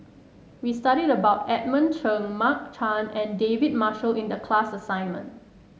we studied about Edmund Cheng Mark Chan and David Marshall in the class assignment